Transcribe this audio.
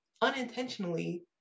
unintentionally